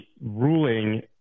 ruling